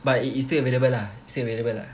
but it is still available ah still available lah